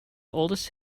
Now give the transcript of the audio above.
oldest